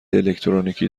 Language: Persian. الکترونیکی